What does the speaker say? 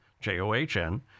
J-O-H-N